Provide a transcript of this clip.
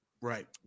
Right